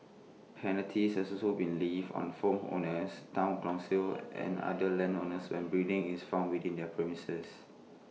penalties have also been levied on phone on A Town councils and other landowners when breeding is found within their premises